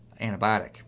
antibiotic